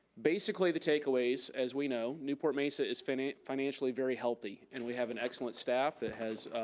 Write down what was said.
basically, the takeaways as we know, newport mesa is financially financially very healthy and we have an excellent staff, that has